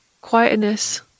quietness